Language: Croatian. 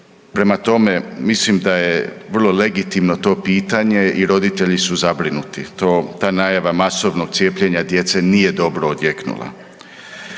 Prema tome, mislim da je vrlo legitimno to pitanje i roditelji su zabrinuti to ta najava masovnog cijepljenja djece nije dobro odjeknula.